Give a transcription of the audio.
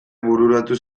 bururatu